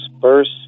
first